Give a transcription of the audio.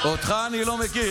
אותך אני לא מכיר.